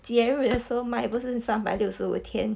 节日的时候卖不是三百六十五天